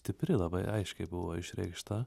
stipri labai aiškiai buvo išreikšta